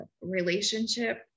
relationship